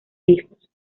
hijos